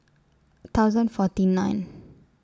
thousand forty nine